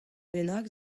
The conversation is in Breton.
bennak